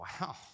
wow